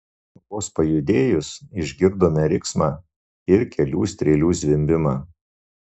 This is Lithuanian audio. vos pajudėjus išgirdome riksmą ir kelių strėlių zvimbimą